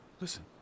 Listen